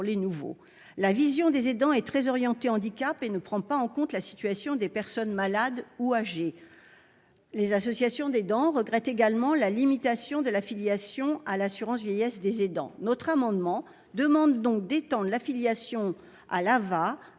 les nouveaux. La vision des aidants est très orientée vers le handicap et ne prend pas en compte la situation des personnes malades ou âgées. Les associations d'aidants regrettent également la limitation de l'affiliation à l'assurance vieillesse des aidants. Notre amendement vise donc à étendre l'affiliation à l'AVA